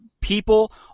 people